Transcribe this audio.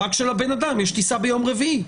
רק שלאדם יש טיסה ביום רביעי.